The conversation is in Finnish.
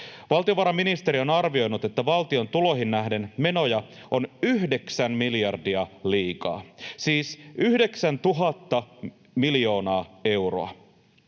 Valtiovarainministeriö on arvioinut, että valtion tuloihin nähden menoja on yhdeksän miljardia liikaa — siis yhdeksän tuhatta miljoonaa euroa.